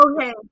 okay